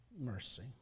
mercy